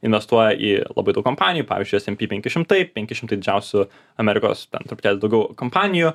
investuoja į labai daug kompanijų pavyzdžiui smp penki šimtai penki šimtai didžiausių amerikos ten truputėlį daugiau kompanijų